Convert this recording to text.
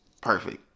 perfect